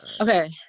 Okay